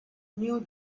new